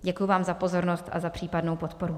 Děkuji za pozornost a za případnou podporu.